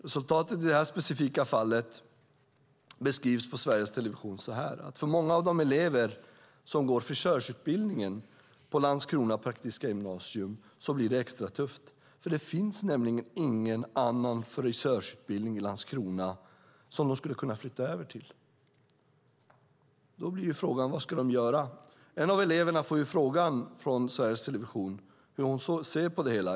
Resultatet i det här specifika fallet beskrivs på Sveriges Television så här: För många av de elever som går frisörutbildningen på Landskrona praktiska gymnasium blir det extra tufft. Det finns nämligen ingen annan frisörutbildning i Landskrona som de skulle kunna flytta över till. Då blir frågan: Vad ska de göra? En av eleverna får frågan från Sveriges Television, hur hon ser på det hela.